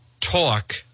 Talk